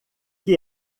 que